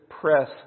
press